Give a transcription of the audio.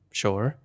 sure